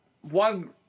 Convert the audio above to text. one